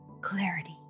clarity